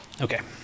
Okay